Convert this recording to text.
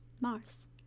Mars